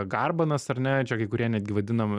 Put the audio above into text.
garbanas ar ne čia kai kurie netgi vadinam